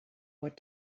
what